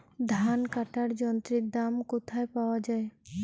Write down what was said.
ধান কাটার যন্ত্রের দাম কোথায় পাওয়া যায়?